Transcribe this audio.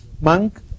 monk